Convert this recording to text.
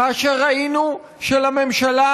כאשר ראינו שלממשלה